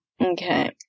Okay